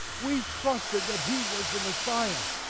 we trusted that he was the messiah.